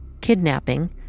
kidnapping